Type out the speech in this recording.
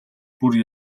бүр